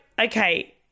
okay